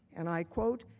and i quote,